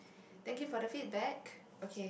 thank you for the feedback okay